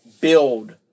build